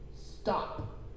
Stop